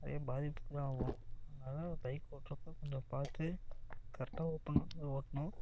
நிறைய பாதிப்புகள் தான் ஆவும் அதனால் பைக் ஓட்றப்போ கொஞ்சம் பார்த்து கரெட்டாக ஓட்டணும் ஓட்டணும்